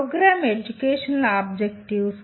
programme educational objectives